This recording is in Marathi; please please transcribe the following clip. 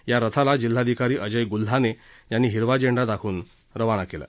या रथाला जिल्हाधिकारी अजय ग्ल्हाने यांनी हिरवा झेंड दाखवून रवाना केलं